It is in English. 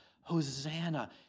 Hosanna